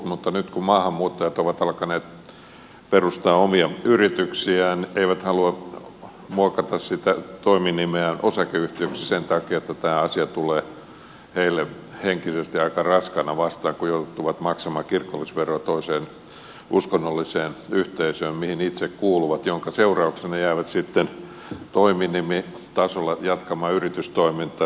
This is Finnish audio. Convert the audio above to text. mutta nyt kun maahanmuuttajat ovat alkaneet perustaa omia yrityksiään he eivät halua muokata sitä toiminimeään osakeyhtiöksi sen takia että tämä asia tulee heille henkisesti aika raskaana vastaan kun joutuvat maksamaan kirkollisveroa toiseen uskonnolliseen yhteisöön mihin itse kuuluvat jonka seurauksena jäävät sitten toiminimitasolla jatkamaan yritystoimintaa